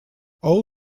all